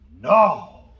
No